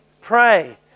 Pray